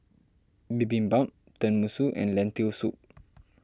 Bibimbap Tenmusu and Lentil Soup